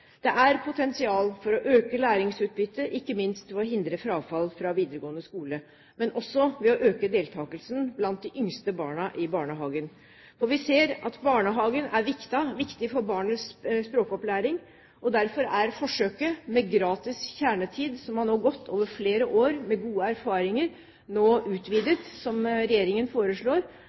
Det er potensial for å øke læringsutbyttet, ikke minst ved å hindre frafall fra videregående skole, men også ved å øke deltakelsen blant de yngste barna i barnehagen. For vi ser at barnehagen er viktig for barnas språkopplæring. Derfor er forsøket med gratis kjernetid, som nå har gått over flere år med gode erfaringer, utvidet, slik regjeringen foreslår.